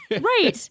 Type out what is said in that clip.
Right